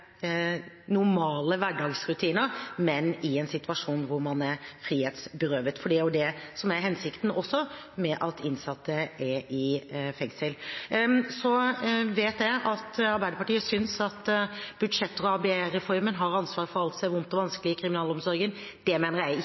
normale hverdagsrutiner, men i en situasjon hvor man er frihetsberøvet. For det er jo det som er hensikten, også, med at innsatte er i fengsel. Så vet jeg at Arbeiderpartiet synes at budsjetter og ABE-reformen har ansvaret for alt som er vondt og vanskelig i kriminalomsorgen. Det mener ikke jeg.